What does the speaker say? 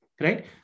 right